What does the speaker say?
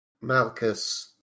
Malchus